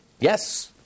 Yes